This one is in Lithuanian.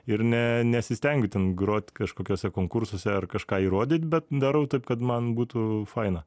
ir ne nesistengiu ten grot kažkokiuose konkursuose ar kažką įrodyt bet darau taip kad man būtų faina